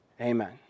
Amen